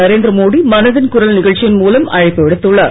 நரேந்திர மோடி மனதின் குரல் நிகழ்ச்சியின் மூலம் அழைப்பு விடுத்துள்ளார்